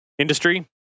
industry